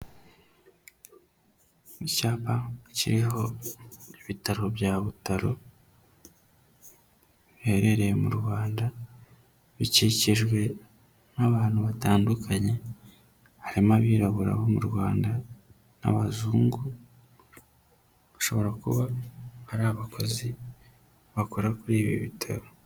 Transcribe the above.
Icyapa kiriho ibitaro bya Butaro, biherereye mu Rwanda, bikikijwe n'abantu batandukanye, harimo abirabura bo mu Rwanda n'abazungu, bashobora kuba ari abakozi bakora kuri ibi bitaro.